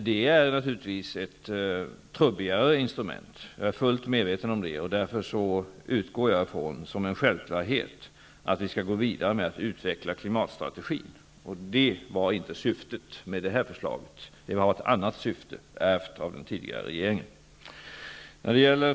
Jag är fullt medveten om att det här är ett trubbigare instrument. Därför utgår jag från att vi självfallet skall gå vidare med att utveckla klimatstrategin. Det var inte syftet med förslaget, som hade ett annat syfte, ärvt från den tidigare regeringen.